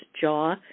jaw